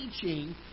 teaching